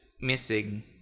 missing